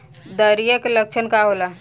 Diarrhoea के लक्षण का होला?